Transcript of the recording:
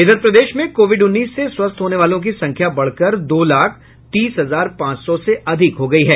इधर प्रदेश में कोविड उन्नीस से स्वस्थ होने वालों की संख्या बढ़कर दो लाख तीस हजार पांच सौ से अधिक हो गयी है